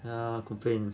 and ah complain